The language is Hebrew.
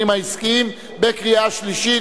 העסקיים (תיקון מס' 12) בקריאה שלישית.